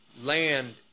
land